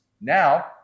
Now